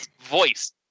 voice